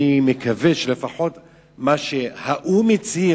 אני מקווה שלפחות מה שהאו"ם הצהיר,